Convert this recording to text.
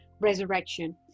resurrection